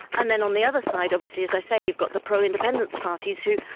and then on the other side obviously, as i say, you've got the pro-independence parties who,